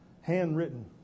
Handwritten